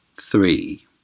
three